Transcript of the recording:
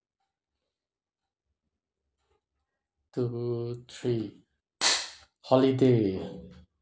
two three holiday